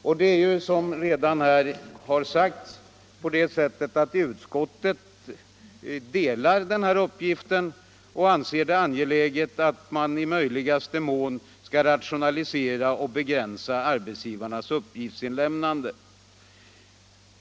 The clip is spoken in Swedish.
Som här redan har sagts delar utskottet den här uppfattningen och anser det angeläget att i möjligaste mån rationalisera och begränsa arbetsgivarnas uppgiftsinlämnande.